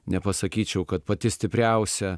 nepasakyčiau kad pati stipriausia